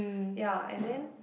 ya and then